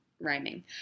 rhyming